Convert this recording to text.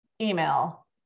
email